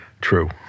True